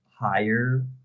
higher